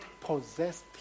possessed